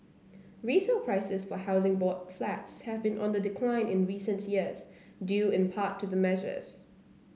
resale prices for Housing Board Flats have been on the decline in recent years due in part to the measures